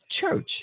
church